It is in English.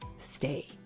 stay